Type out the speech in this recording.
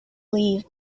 leave